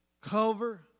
Cover